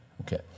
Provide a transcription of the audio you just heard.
Okay